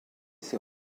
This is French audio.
ces